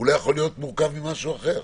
הם לא יכולים להיות מורכבים ממשהו אחר.